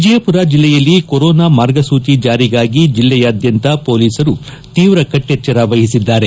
ವಿಜಯಪುರ ಜಿಲ್ಲೆಯಲ್ಲಿ ಕೊರೊನಾ ಮಾರ್ಗ ಸೂಚಿ ಜಾರಿಗಾಗಿ ಜಿಲ್ಲೆಯಾದ್ಯಂತ ಪೊಲೀಸರು ತೀವ್ರ ಕಟೆಚ್ಚರ ವಹಿಸಿದ್ದಾರೆ